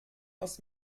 aus